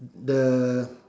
the